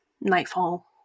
nightfall